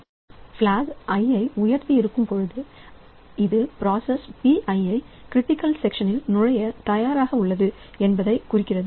எனவே block i உயர்ந்திருக்கும் பொழுது இது பிராசஸ் Pi க்ரிட்டிக்கல் செக்ஷனில் நுழைய தயாராக உள்ளது என்பதைக் குறிக்கிறது